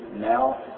now